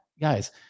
guys